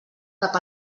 cap